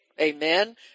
Amen